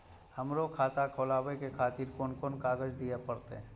हमरो खाता खोलाबे के खातिर कोन कोन कागज दीये परतें?